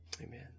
Amen